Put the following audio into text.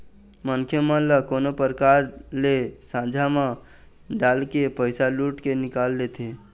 मनखे मन ल कोनो परकार ले झांसा म डालके पइसा लुट के निकाल लेथें